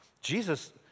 Jesus